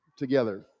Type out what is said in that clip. together